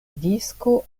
disko